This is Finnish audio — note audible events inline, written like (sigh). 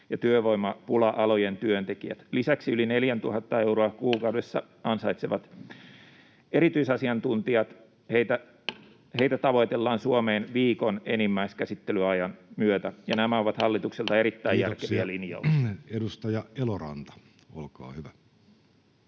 ja työvoimapula-alojen työntekijät. Lisäksi yli 4 000 euroa kuukaudessa (noise) ansaitsevia erityisasiantuntijoita (noise) tavoitellaan Suomeen viikon enimmäiskäsittelyajan myötä. Nämä (noise) ovat hallitukselta erittäin järkeviä linjauksia. Kiitoksia. — Edustaja Eloranta, olkaa hyvä.